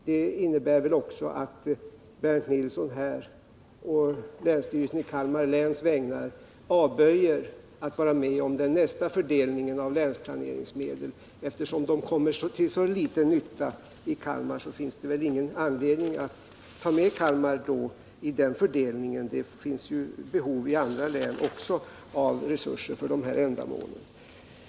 Det innebär väl också att Bernt Nilsson på länsstyrelsens i Kalmar län vägnar avböjer att vara med om nästa fördelning av länsplaneringsmedel. Eftersom medlen kommer till så liten nytta i Kalmar län finns det väl ingen anledning att ta med länet i den fördelningen. Andra län har ju behov av resurser för dessa ändamål.